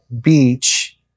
beach